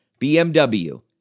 BMW